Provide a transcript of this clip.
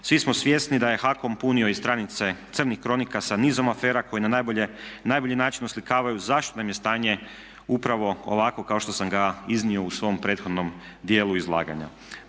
Svi smo svjesni da je HAKOM punio i stranice crnih kronika sa nizom afera koje na najbolji način oslikavaju zašto nam je stanje upravo ovakvo kao što sam ga iznio u svom prethodnom dijelu izlaganja.